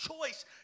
choice